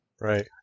Right